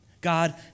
God